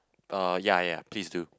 uh yeah yeah please do